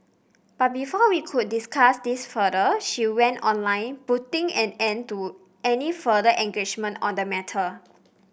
but before we could discuss this further she went online putting an end to any further engagement on the matter